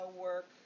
work